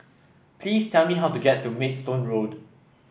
please tell me how to get to Maidstone Road